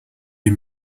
die